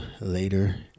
later